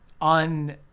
on